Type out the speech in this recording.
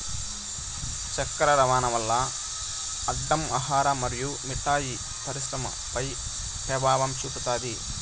చక్కర రవాణాల్ల అడ్డం ఆహార మరియు మిఠాయి పరిశ్రమపై పెభావం చూపుతాది